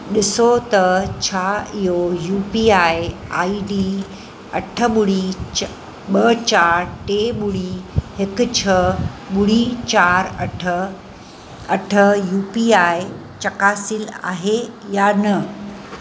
ॾिसो त छा इहो U P I I D अठ ॿुड़ी च ॿ चार टे ॿुड़ी हिकु छह ॿुड़ी चार अठ अठ यू पी आई चकासियलु आहे या न